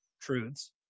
truths